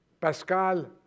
Pascal